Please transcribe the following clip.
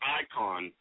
icon